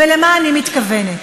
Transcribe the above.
ולמה אני מתכוונת?